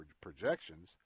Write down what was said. projections